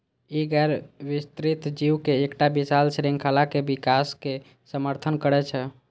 ई गैर विस्तृत जीव के एकटा विशाल शृंखलाक विकासक समर्थन करै छै